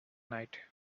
night